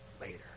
later